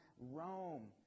Rome